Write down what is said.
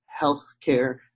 healthcare